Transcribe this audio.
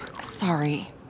Sorry